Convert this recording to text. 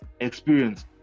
experience